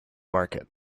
market